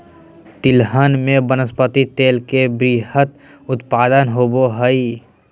तिलहन में वनस्पति तेल के वृहत उत्पादन होबो हइ